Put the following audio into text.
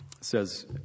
says